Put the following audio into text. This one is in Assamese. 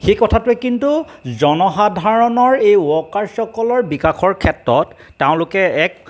সেই কথাটোৱে কিন্তু জনসাধাৰণৰ এই ওৱৰ্কাৰ্ছসকলৰ বিকাশৰ ক্ষেত্ৰত তেওঁলোকে এক